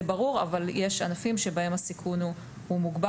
זה ברור אבל יש ענפים שבהם הסיכון הוא מוגבר,